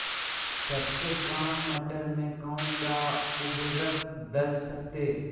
सबसे काम मटर में कौन सा ऊर्वरक दल सकते हैं?